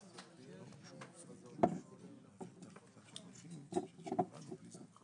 מימוש האופציה שיש להם עם חברת